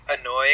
annoying